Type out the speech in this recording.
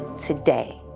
today